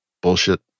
bullshit